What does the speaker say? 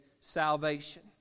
salvation